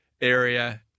area